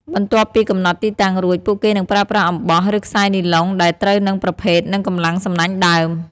បន្ទាប់ពីកំណត់ទីតាំងរួច ពួកគេនឹងប្រើប្រាស់អំបោះ ឬខ្សែនីឡុងដែលត្រូវនឹងប្រភេទ និងកម្លាំងសំណាញ់ដើម។